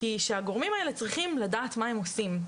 היא שהגורמים האלה צריכים לדעת מה הם עושים,